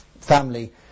family